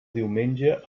diumenge